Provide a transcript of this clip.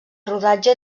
rodatge